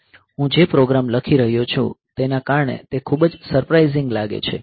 હું જે પ્રોગ્રામ લખી રહ્યો છું તેના કારણે તે ખૂબ જ સરપ્રાઇઝિંગ લાગે છે